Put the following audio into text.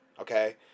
okay